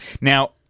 Now